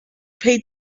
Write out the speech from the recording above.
pay